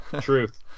truth